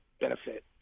benefit